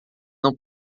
não